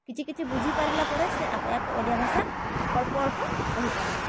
କିଛି କିଛି ବୁଝିପାରିଲା ପରେ ସେ ଆପେ ଆପେ ଓଡ଼ିଆ ଭାଷା ଅଳ୍ପ ଅଳ୍ପ କହି ପାରିବ